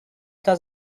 does